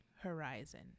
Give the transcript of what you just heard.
horizon